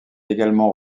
également